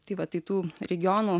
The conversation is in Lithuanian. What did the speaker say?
tai vat tai tų regionų